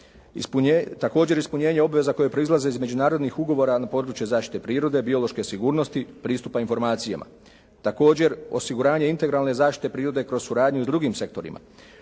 Također, ispunjenje obveza koje proizlaze iz međunarodnih ugovora na području zaštite prirode, biološke sigurnosti, pristupa informacijama. Također, osiguranje integralne zaštite prirode kroz suradnju u drugim sektorima,